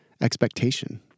expectation